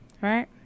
Right